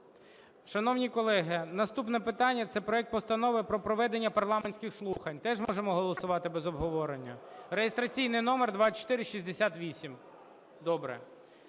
Шановні колеги, наступне питання – це проект Постанови про проведення парламентських слухань. Теж можемо голосувати без обговорення? Реєстраційний номер 2468. Добре.